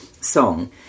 song